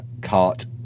cart